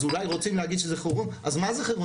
אז אולי רוצים להגיד שזה חירום, אז מה זה חירום?